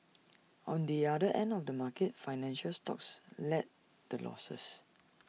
on the other end of the market financial stocks led the losses